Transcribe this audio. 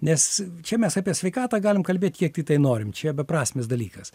nes čia mes apie sveikatą galim kalbėt kiek tiktai norim čia beprasmis dalykas